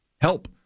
help